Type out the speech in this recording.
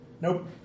Nope